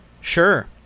Sure